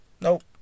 nope